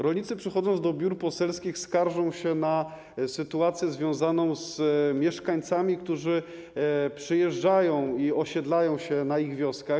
Rolnicy, przychodząc do biur poselskich, skarżą się na sytuację związaną z mieszkańcami, którzy przyjeżdżają i osiedlają się w ich wioskach.